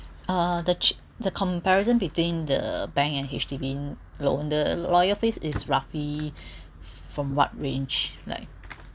uh the cheap the comparison between the bank and H_D_B loan the lawyer fees is roughly from what range like